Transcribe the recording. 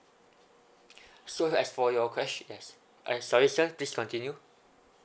so as for your question yes I stories just discontinued